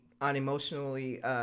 unemotionally